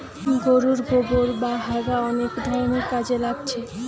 গোরুর গোবোর বা হাগা অনেক ধরণের কাজে লাগছে